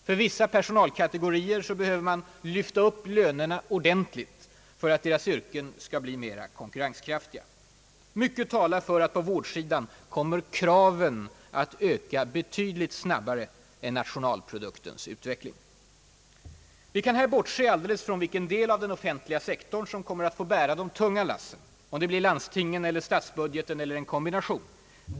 För vissa personalkategorier behöver man lyfta upp lönerna ordentligt för att deras yrken skall bli mera konkurrenskraftiga. Mycket talar för att på vårdsidan kommer kraven att öka betydligt snabbare än nationalproduktens utveckling. Vi kan här borise från vilken del av den offentliga sektorn som kommer att få bära de tunga lassen, om det blir landstingen eller statsbudgeten eller en kombination.